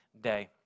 day